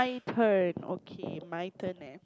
my turn okay my turn then